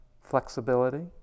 flexibility